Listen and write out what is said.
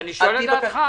אני שואל לדעתך.